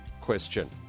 question